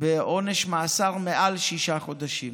בעונש מאסר מעל שישה חודשים.